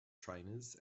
trainers